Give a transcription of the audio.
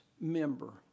member